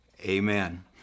Amen